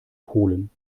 polen